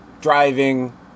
driving